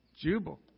Jubal